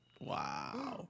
Wow